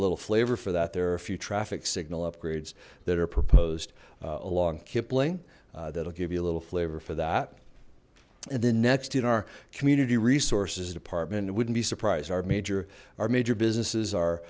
a little flavor for that there are a few traffic signal upgrades that are proposed along kipling that'll give you a little flavor for that and then next in our community resources department it wouldn't be surprised our major our major businesses are